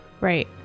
right